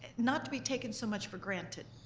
not to be taken so much for granted,